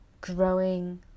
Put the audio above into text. growing